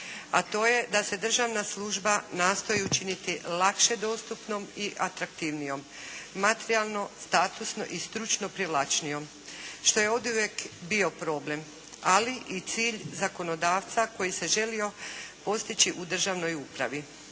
a to je da se državna služba nastoji učiniti lakše dostupnom i atraktivnijom, materijalno, statusno i stručno privlačnijom, što je oduvijek bio problem ali i cilj zakonodavca koji se želio postići u državnoj upravi.